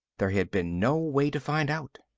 there had been no way to find out.